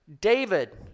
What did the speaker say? David